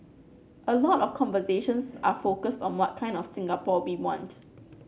a lot of conversations are focused on what kind of Singapore we want